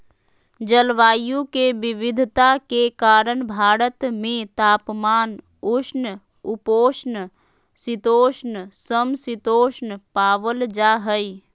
जलवायु के विविधता के कारण भारत में तापमान, उष्ण उपोष्ण शीतोष्ण, सम शीतोष्ण पावल जा हई